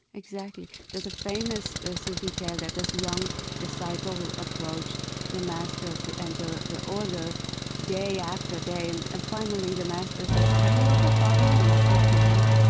exactly. there's a famous ah sufi tale that this young disciple who approached the master to enter the order day after day. and and finally, the master said, have you ever fallen in love with a woman?